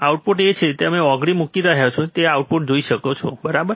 output એ છે કે તે તેની આંગળી મૂકી રહ્યો છે જેથી આપણે આઉટપુટ જોઈ શકીએ બરાબર